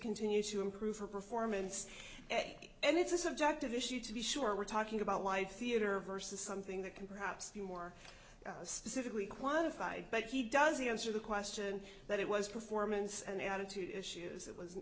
continue to improve her performance and it's a subjective issue to be sure we're talking about life theater versus something that can perhaps be more specifically quantified but he doesn't answer the question that it was performance and attitude issues it was